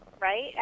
Right